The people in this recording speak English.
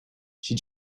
she